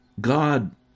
God